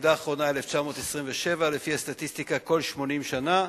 הרעידה האחרונה, 1927, לפי הסטטיסטיקה כל 80 שנה,